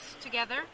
together